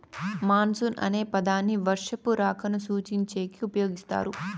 monsoon అనే పదాన్ని వర్షపు రాకను సూచించేకి ఉపయోగిస్తారు